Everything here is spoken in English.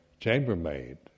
Chambermaid